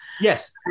Yes